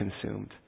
consumed